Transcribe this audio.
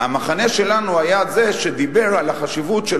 המחנה שלנו היה זה שדיבר על החשיבות של